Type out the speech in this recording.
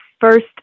first